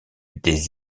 des